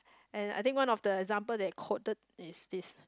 and I think one of the example they quoted is this